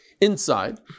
inside